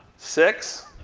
six,